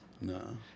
No